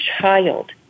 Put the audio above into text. child